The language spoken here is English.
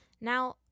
Now